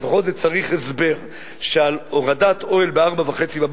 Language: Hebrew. לפחות צריך הסבר לכך שעל הורדת אוהל ב-04:30,